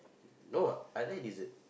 no I like lizard